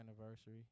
anniversary